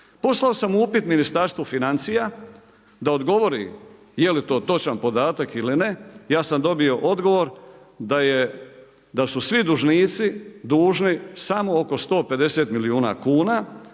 Poslao sam upit Ministarstvu financija da odgovori je li to točan podatak ili ne. Ja sam dobio odgovor da su svi dužnici dužni samo oko 150 milijuna kuna,